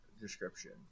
description